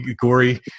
gory